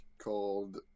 called